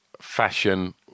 fashion